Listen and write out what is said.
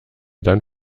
dann